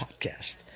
Podcast